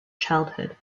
childhood